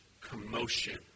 commotion